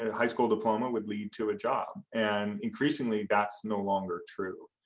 ah high school diploma would lead to a job and increasingly that's no longer true.